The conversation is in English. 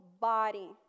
body